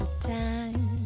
time